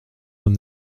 d’un